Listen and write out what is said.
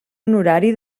honorari